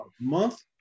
month